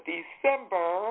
December